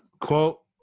Quote